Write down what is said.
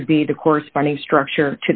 should be the corresponding structure